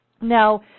Now